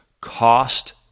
cost